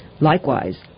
Likewise